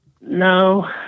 no